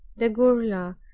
the gurla,